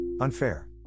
unfair